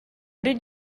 did